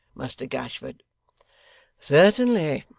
muster gashford certainly,